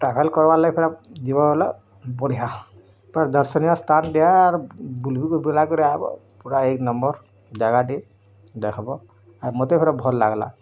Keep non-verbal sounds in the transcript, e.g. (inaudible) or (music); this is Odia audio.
ତାହାଲ୍ କର୍ବାର୍ ଲାଗି ଯିବ ବୋଲ ବଢ଼ିଆ (unintelligible) ଦର୍ଶନୀୟ ସ୍ଥାନ (unintelligible) ବୁଲି ବୁଲାକରି ଆଇବ ପୁରା ଏକ୍ ନମ୍ବର୍ ଜାଗାଟି ଦେଖ୍ବ ଆର୍ ମୋତେ ପୁରା ଭଲ ଲାଗ୍ଲା